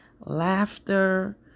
laughter